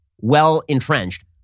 well-entrenched